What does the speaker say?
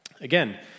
Again